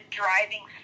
driving